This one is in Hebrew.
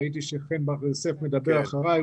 ראיתי שחן בר יוסף מדבר אחריי,